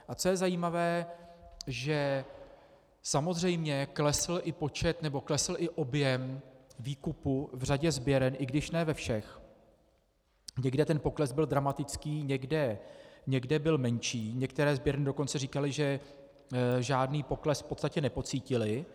A co je zajímavé, že samozřejmě klesl i počet nebo objem výkupu v řadě sběren, i když ne ve všech, někde ten pokles byl dramatický, někde byl menší, některé sběrny dokonce říkaly, že žádný pokles v podstatě nepocítily.